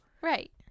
Right